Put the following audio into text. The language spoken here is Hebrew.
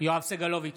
יואב סגלוביץ'